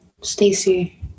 stacy